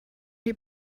die